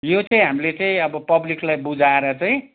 यो चाहिँ हामीले चाहिँ अब पब्लिकलाई बुझाएर चाहिँ